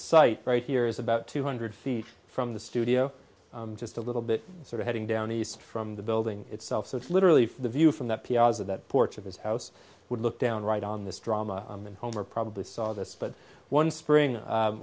site right here is about two hundred feet from the studio just a little bit sort of heading down east from the building itself so it's literally the view from that piazza that porch of his house would look down right on this drama and homer probably saw this but one spring